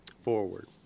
forward